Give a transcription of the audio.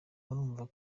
murumva